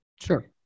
Sure